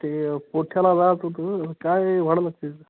ते पोठ्याला जायचं होतं काय भाडं लागतं आहे तिथं